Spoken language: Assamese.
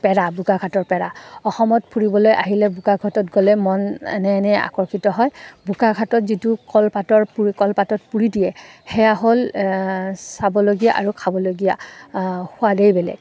পেৰা বোকাখাটৰ পেৰা অসমত ফুৰিবলৈ আহিলে বোকাখাটত গ'লে মন এনে এনেই আকৰ্ষিত হয় বোকাখাটত যিটো কলপাতৰ পুৰি কলপাতত পুৰি দিয়ে সেয়া হ'ল চাবলগীয়া আৰু খাবলগীয়া সোৱাদেই বেলেগ